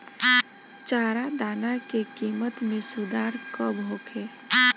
चारा दाना के किमत में सुधार कब होखे?